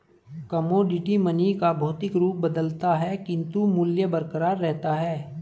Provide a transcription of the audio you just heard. commodity money का भौतिक रूप बदलता है किंतु मूल्य बरकरार रहता है